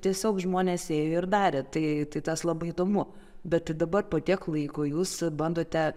tiesiog žmonės ėjo ir darė tai tai tas labai įdomu bet dabar po tiek laiko jūs bandote